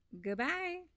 goodbye